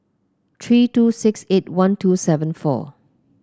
three two six eight one two seven four